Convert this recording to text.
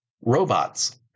robots